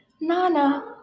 Nana